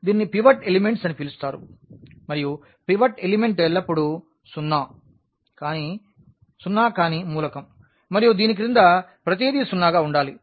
దీనిని pivot element అని పిలుస్తారు మరియు పివట్ ఎలిమెంట్ ఎల్లప్పుడూ సున్నా కాని మూలకం మరియు దీని క్రింద ప్రతిదీ సున్నాగా ఉండాలి